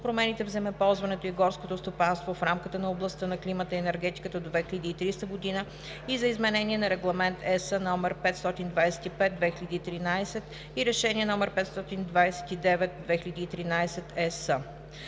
промените в земеползването и горското стопанство в рамката в областта на климата и енергетиката до 2030 г. и за изменение на Регламент (ЕС) № 525/2013 и Решение № 529/2013/ЕС.